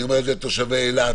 ואני אומר את זה לתושבי אילת,